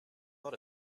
lot